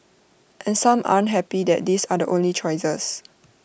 and some aren't happy that these are the only choices